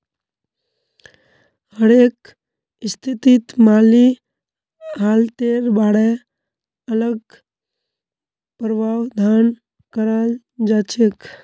हरेक स्थितित माली हालतेर बारे अलग प्रावधान कराल जाछेक